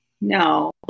No